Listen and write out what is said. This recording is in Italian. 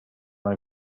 nel